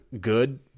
good